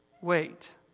wait